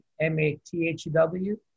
M-A-T-H-E-W